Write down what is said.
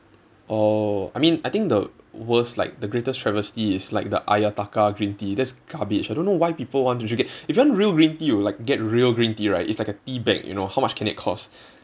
oh I mean I think the worst like the greatest travesty is like the ayataka green tea that's garbage I don't know why people want to drink it if you want real green tea you'll like get real green tea right it's like a tea bag you know how much can it cost